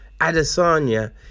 Adesanya